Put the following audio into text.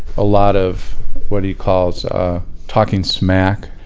a lot of what he calls talking smack,